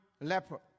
leper